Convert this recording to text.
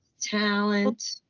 talent